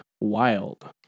Wild